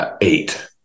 eight